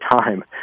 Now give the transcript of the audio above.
time